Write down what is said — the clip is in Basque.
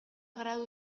gradu